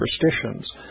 superstitions